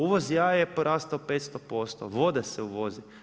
Uvoz jaja je porastao 500%, voda se uvozi.